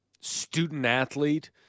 student-athlete